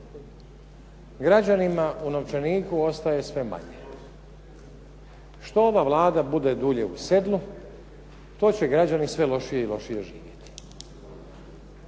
Građanima u novčaniku ostaje sve manje. Što ova Vlada bude dulje u sedlu to će građani sve lošije i lošije živjeti.